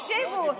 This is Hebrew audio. תקשיבו,